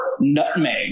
nutmeg